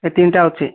ଏଇ ତିନିଟା ଅଛି